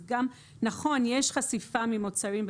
אז נכון שיש חשיפה ממוצרים,